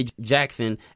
Jackson